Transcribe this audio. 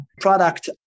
product